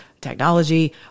technology